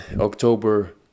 October